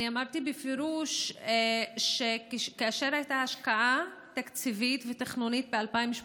אמרתי בפירוש שכאשר הייתה השקעה תקציבית ותכנונית ב-2018